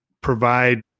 provide